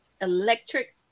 Electric